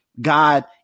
God